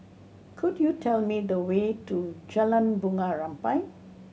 could you tell me the way to Jalan Bunga Rampai